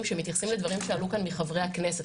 שמתייחסים לדברים שעלו כאן מחברי הכנסת.